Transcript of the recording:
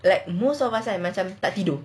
like most of us are macam tak tidur